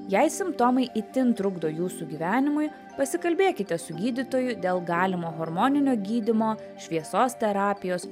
jei simptomai itin trukdo jūsų gyvenimui pasikalbėkite su gydytoju dėl galimo hormoninio gydymo šviesos terapijos